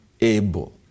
able